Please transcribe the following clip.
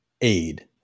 aid